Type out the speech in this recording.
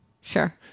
sure